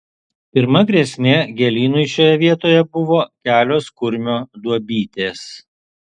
pirma grėsmė gėlynui šioje vietoje buvo kelios kurmio duobytės